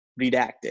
redacted